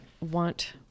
want